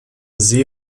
see